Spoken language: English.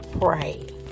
pray